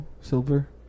Silver